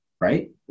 right